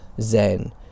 zen